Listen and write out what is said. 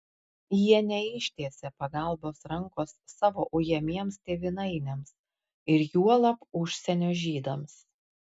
jie neištiesė pagalbos rankos savo ujamiems tėvynainiams ir juolab užsienio žydams